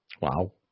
Wow